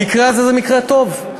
המקרה הזה זה מקרה טוב,